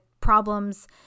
problems